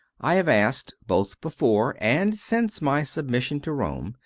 i have asked, both before and since my submis sion to rome,